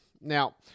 Now